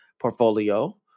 portfolio